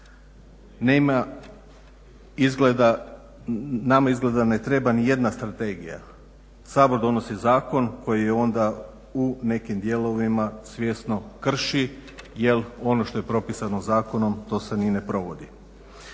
Nama izgleda ne treba nijedna strategija. Sabor donosi zakon koji je onda u nekim dijelovima svjesno krši jer ono što je propisano zakonom to se ni ne provodi.